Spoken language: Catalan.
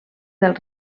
del